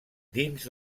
dins